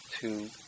two